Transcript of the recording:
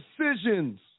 decisions